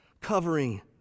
covering